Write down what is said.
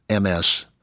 MS